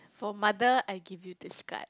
for mother I give you this card